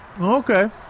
okay